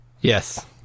Yes